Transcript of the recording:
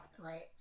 Right